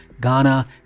Ghana